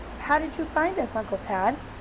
how did you find us, uncle tad?